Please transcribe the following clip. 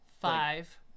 five